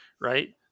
right